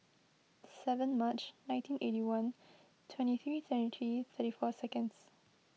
seven March nineteen eight one twenty three twenty three thirty four seconds